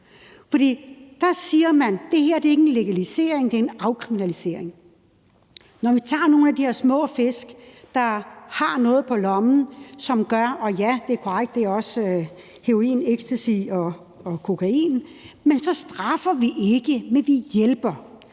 først siger man, at det her ikke er en legalisering, det er en afkriminalisering. Når vi tager nogle af de her små fisk, der har noget på lommen – og det er også heroin, ecstasy og kokain – så straffer vi ikke, vi hjælper.